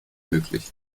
möglich